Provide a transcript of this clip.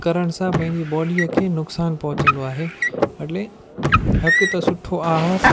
करण सां पंहिंजी बॉडीअ खे नुक़सानु पहुचंदो आहे हले हकु त सुठो आहार